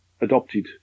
adopted